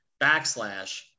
backslash